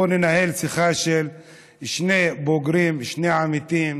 בוא ננהל שיחה של שני בוגרים, שני עמיתים,